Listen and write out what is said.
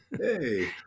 Hey